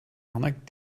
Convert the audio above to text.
arnaque